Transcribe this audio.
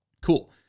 Cool